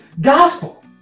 gospel